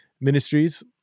Ministries